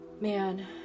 Man